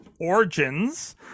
origins